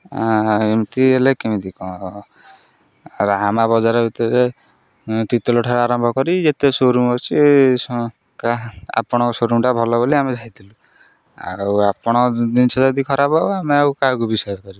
ହ ଏମିତି ହେଲେ କେମିତି କ'ଣ ରାହାମା ବଜାର ଭିତରେ ତିର୍ତୋଲଠାରୁ ଆରମ୍ଭ କରି ଯେତେ ସୋରୁମ୍ ଅଛି ଆପଣଙ୍କ ସୋରୁମ୍ଟା ଭଲ ବୋଲି ଆମେ ଯାଇଥିଲୁ ଆଉ ଆପଣଙ୍କ ଜିନିଷ ଯଦି ଖରାପ ହବ ଆମେ ଆଉ କାହାକୁ ବିଶ୍ୱାସ କରିବୁ